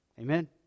Amen